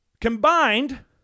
Combined